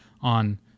on